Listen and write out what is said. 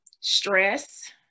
stress